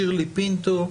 שירלי פינטו,